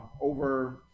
over